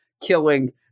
killing